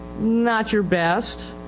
not your best,